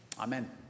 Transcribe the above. amen